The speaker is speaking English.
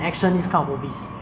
very like